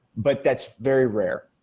but that's very rare.